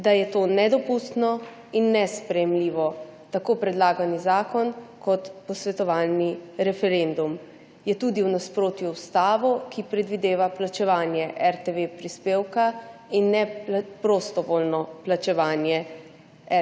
da je to nedopustno in nesprejemljivo, tako predlagani zakon kot posvetovalni referendum. Je tudi v nasprotju z ustavo, ki predvideva plačevanje prispevka RTV in ne prostovoljnega plačevanja